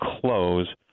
close